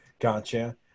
Gotcha